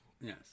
Yes